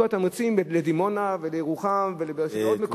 התמריצים לדימונה ולירוחם ולבאר-שבע ולעוד מקומות כאלה?